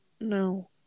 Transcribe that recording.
No